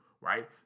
right